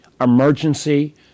emergency